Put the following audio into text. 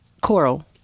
coral